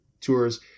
tours